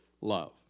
love